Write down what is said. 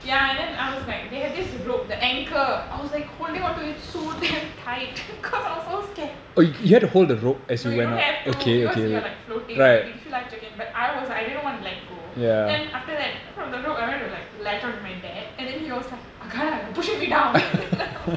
ya and then I was like they had this rope the anchor I was like holding onto it so damn tight cause I was so scared no you don't have to because you are like floating and they give you life jacket but I was I didn't want to let go then after that from the rope I went to like latch on to my dad and then he was like agana you're pushing me down